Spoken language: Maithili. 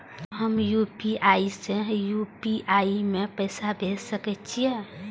हम यू.पी.आई से यू.पी.आई में पैसा भेज सके छिये?